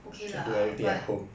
okay lah but